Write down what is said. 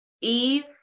Eve